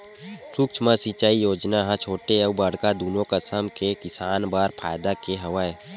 सुक्ष्म सिंचई योजना ह छोटे अउ बड़का दुनो कसम के किसान बर फायदा के हवय